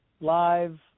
live